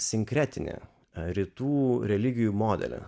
sinkretinį rytų religijų modelį